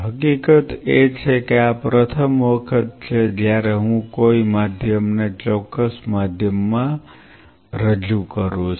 હકીકત એ છે કે આ પ્રથમ વખત છે જ્યારે હું કોઈ માધ્યમને ચોક્કસ માધ્યમ માં રજૂ કરું છું